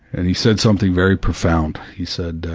and he said something very profound, he said